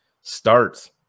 starts